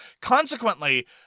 Consequently